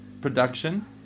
production